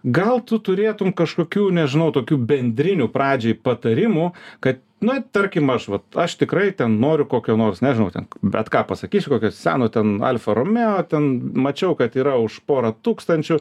gal tu turėtum kažkokių nežinau tokių bendrinių pradžiai patarimų kad na tarkim aš vat aš tikrai ten noriu kokio nors nežinau ten bet ką pasakys kokio seno ten alfa romeo ten mačiau kad yra už porą tūkstančių